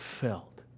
felt